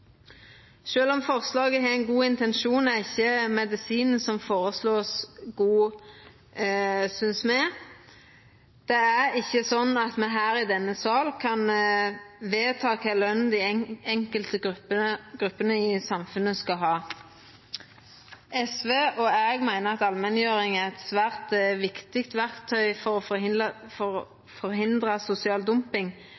om forslaget har ein god intensjon, er ikkje medisinen som vert føreslått, god, synest me. Det er ikkje slik at me her i denne salen kan vedta kva løn dei enkelte gruppene i samfunnet skal ha. SV og eg meiner at allmenngjering er eit svært viktig verktøy for å